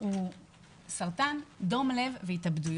הן סרטן, דום לב והתאבדויות.